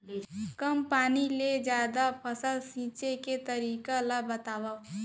कम पानी ले जादा फसल सींचे के तरीका ला बतावव?